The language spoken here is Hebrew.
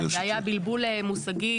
זה היה בלבול מושגים.